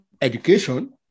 education